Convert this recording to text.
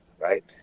right